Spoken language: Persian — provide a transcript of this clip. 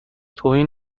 توهین